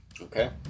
Okay